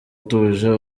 utuje